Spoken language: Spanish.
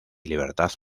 libertad